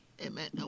Amen